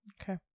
Okay